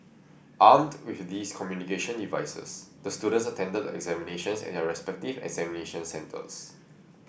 armed with these communication devices the students attended the examinations at their respective examination centres